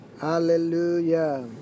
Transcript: Hallelujah